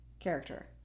Character